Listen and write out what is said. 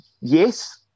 yes